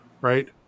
Right